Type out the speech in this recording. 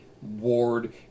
Ward